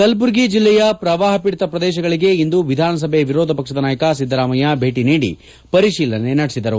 ಕಲಬುರಗಿ ಜಿಲ್ಲೆಯ ಪ್ರವಾಹ ಪೀಡಿತ ಪ್ರದೇಶಗಳಿಗೆ ಇಂದು ವಿಧಾನಸಭೆ ವಿರೋಧಪಕ್ಷದ ನಾಯಕ ಸಿದ್ದರಾಮಯ್ಯ ಭೇಟಿ ನೀಡಿ ಪರಿಶೀಲನೆ ನಡೆಸಿದರು